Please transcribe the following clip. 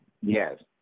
Yes